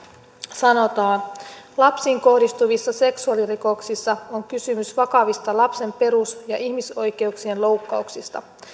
sanotaan lapsiin kohdistuvissa seksuaalirikoksissa on kysymys vakavista lapsen perus ja ihmisoikeuksien loukkauksista